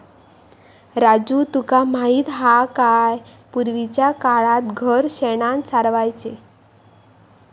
राजू तुका माहित हा काय, पूर्वीच्या काळात घर शेणानं सारवायचे